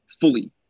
fully